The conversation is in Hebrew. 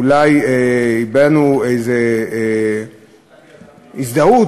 אולי הבענו איזו הזדהות,